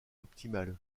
optimal